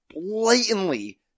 blatantly